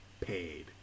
paid